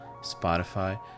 Spotify